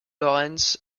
laurens